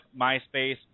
MySpace